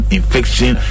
infection